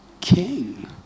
king